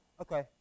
okay